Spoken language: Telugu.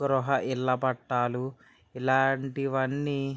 గృహ ఇళ్ళ పట్టాలు ఇలాంటివి అన్నీ